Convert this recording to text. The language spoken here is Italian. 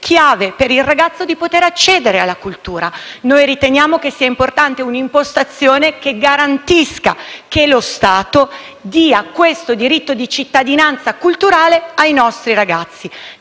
chiave per far accedere un ragazzo alla cultura. Noi riteniamo che sia importante un'impostazione che garantisca che lo Stato dia questo diritto di cittadinanza culturale ai nostri ragazzi.